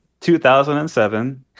2007